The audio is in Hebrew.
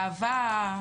אהבה,